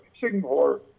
Singapore